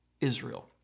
Israel